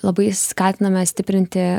labai skatiname stiprinti